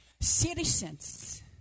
Citizens